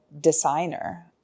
designer